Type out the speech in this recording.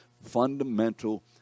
fundamental